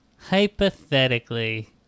Hypothetically